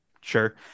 Sure